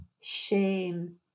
shame